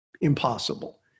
impossible